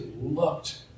looked